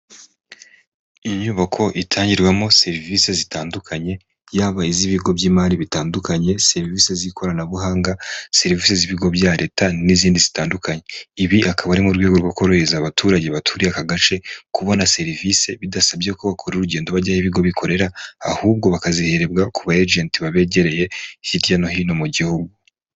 Inyubako itangirwamo serivisi zitandukanye, yaba iz'ibigo by'imari bitandukanye, serivisi z'ikoranabuhanga, serivisi z'ibigo bya leta n'izindi zitandukanye, ibi akaba ari mu rwego rwo korohereza abaturage baturiye aka gace, kubona serivisi bidasabye ko bakora urugendo bajya aho ibigo bikorera, ahubwo bakaziherebwa ku ba ejenti babegereye hirya no hino mu gihugu.